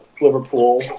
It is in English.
Liverpool